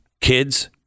kids